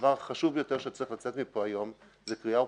שהדבר החשוב ביותר שצריך לצאת מפה היום זה קריאה אופרטיבית.